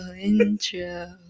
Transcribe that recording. intro